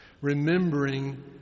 Remembering